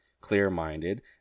clear-minded